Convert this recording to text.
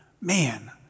Man